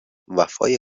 وفای